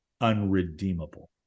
unredeemable